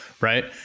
right